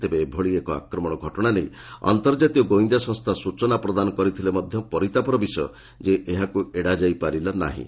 ତେବେ ଏଭଳି ଏକ ଆକ୍ରମଣ ଘଟଣା ନେଇ ଅନ୍ତର୍ଜାତୀୟ ଗୁଇନ୍ଦା ସଂସ୍ଥା ସୂଚନା ପ୍ରଦାନ କରିଥିଲେ ମଧ୍ୟ ପରିତାପର ବିଷୟ ଯେ ଏହାକୁ ଏଡ଼ାଯାଇ ପାରିଲା ନାହିଁ